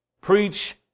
preach